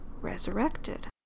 resurrected